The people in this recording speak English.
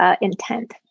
intent